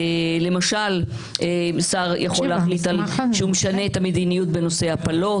למשל שר יכול להחליט שהוא משנה את המדיניות בנושא הפלות.